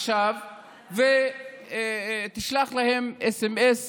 עכשיו ותשלח להם סמ"ס